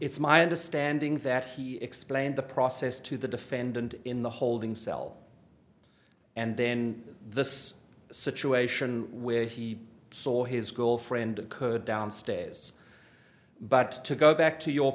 it's my understanding that he explained the process to the defendant in the holding cell and then the situation where he saw his girlfriend could downstairs but to go back to your